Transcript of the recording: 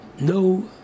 no